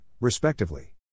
respectively